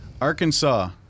Arkansas